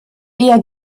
eher